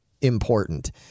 important